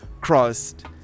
crossed